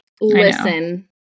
Listen